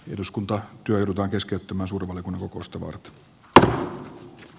yhdyskuntaa työtupakeskittymän surman kiukustunut d a